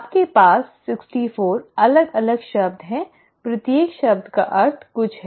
आपके पास 64 अलग अलग शब्द हैं प्रत्येक शब्द का अर्थ कुछ है